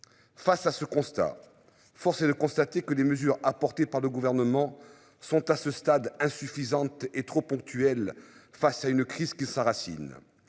Face à ce constat, force est de constater que des mesures apportées par le gouvernement sont à ce stade insuffisante et trop ponctuelles face à une crise qui sa racine.